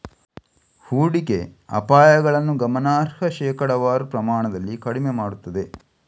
ಹೂಡಿಕೆ ಅಪಾಯಗಳನ್ನು ಗಮನಾರ್ಹ ಶೇಕಡಾವಾರು ಪ್ರಮಾಣದಲ್ಲಿ ಕಡಿಮೆ ಮಾಡುತ್ತದೆ